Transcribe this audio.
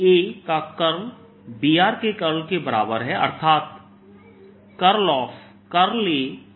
A का curl B के curl के बराबर है अर्थात AB